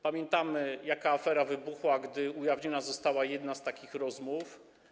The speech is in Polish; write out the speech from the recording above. Pamiętamy, jaka afera wybuchła, gdy ujawniona została jedna z takich rozmów.